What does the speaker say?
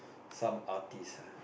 some artist ah